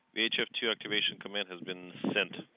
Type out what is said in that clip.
hf two, activation command has been sent,